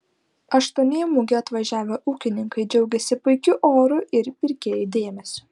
aštuoni į mugę atvažiavę ūkininkai džiaugėsi puikiu oru ir pirkėjų dėmesiu